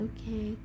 Okay